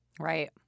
Right